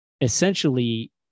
essentially